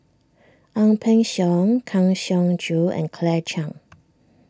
Ang Peng Siong Kang Siong Joo and Claire Chiang